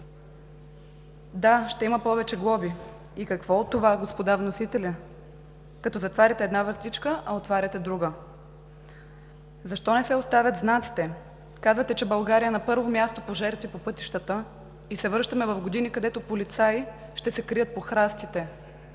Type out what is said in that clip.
Да, ще има повече глоби и какво от това, господа вносители, като затваряте една вратичка, а отваряте друга? Защо не се оставят знаците? Казвате, че България е на първо място по жертви по пътищата и се връщаме в години, където полицаи ще се крият по храстите.